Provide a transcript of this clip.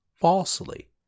falsely